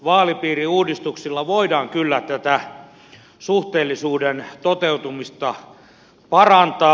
vaalipiiriuudistuksilla voidaan kyllä tätä suhteellisuuden toteutumista parantaa